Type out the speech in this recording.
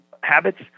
habits